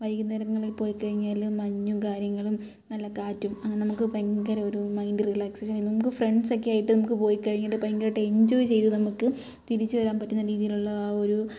വൈകുന്നേരങ്ങളിൽ പോയി കഴിഞ്ഞാൽ മഞ്ഞും കാര്യങ്ങളും നല്ല കാറ്റും അത് നമുക്ക് ഭയങ്കര ഒരു മൈൻഡ് റിലാക്സ് ചെയ്യാൻ നമുക്ക് ഫ്രണ്ട്സ് ഒക്കെ ആയിട്ട് നമുക്ക് പോയി കഴിഞ്ഞിട്ട് ഭയങ്കരമായിട്ട് നമുക്ക് എൻജോയ് ചെയ്ത് നമുക്ക് തിരിച്ച് വരാൻ പറ്റുന്ന രീതിയിലുള്ള ആ ഒരു